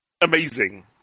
Amazing